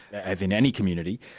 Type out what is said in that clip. as in any community,